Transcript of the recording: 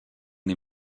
les